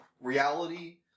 reality